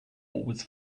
was